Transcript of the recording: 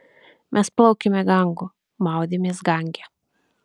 mes plaukėme gangu maudėmės gange